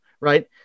right